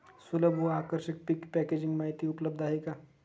सुलभ व आकर्षक पीक पॅकेजिंग माहिती उपलब्ध आहे का?